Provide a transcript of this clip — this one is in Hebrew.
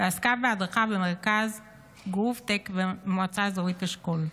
ועסקה בהדרכה במרכז גרובטק במועצה אזורית אשכול.